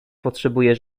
potrzebuje